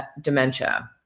dementia